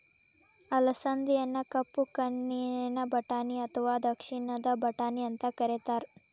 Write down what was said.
ಅಲಸಂದಿಯನ್ನ ಕಪ್ಪು ಕಣ್ಣಿನ ಬಟಾಣಿ ಅತ್ವಾ ದಕ್ಷಿಣದ ಬಟಾಣಿ ಅಂತ ಕರೇತಾರ